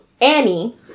Annie